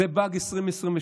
זה באג 2022,